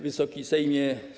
Wysoki Sejmie!